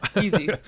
Easy